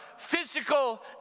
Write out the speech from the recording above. physical